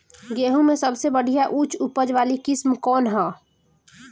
गेहूं में सबसे बढ़िया उच्च उपज वाली किस्म कौन ह?